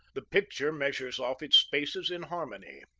the picture measures off its spaces in harmony.